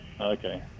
Okay